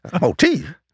motif